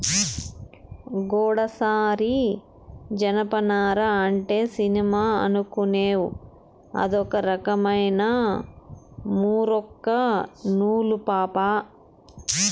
గూడసారి జనపనార అంటే సినిమా అనుకునేవ్ అదొక రకమైన మూరొక్క నూలు పాపా